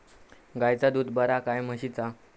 गायचा दूध बरा काय म्हशीचा?